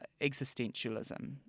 existentialism